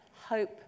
hope